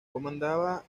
comandaba